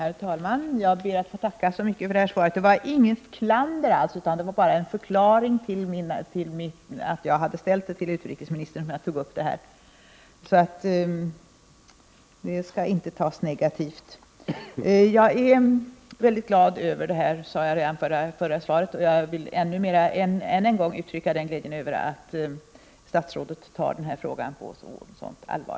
Herr talman! Jag ber att få tacka så mycket för det beskedet. Det var inget klander jag framförde förut. Min förklaring till att jag ställde frågan till utrikesministern skall inte tas negativt. Som jag redan sagt, är jag väldigt glad över svaret och vill än en gång uttrycka min glädje över att statsrådet tar den här frågan på så stort allvar.